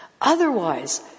Otherwise